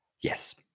Yes